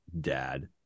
Dad